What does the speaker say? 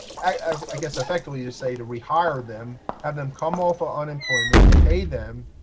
i guess effectively you say, to rehire them, have them come off of unemployment, pay them,